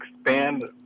expand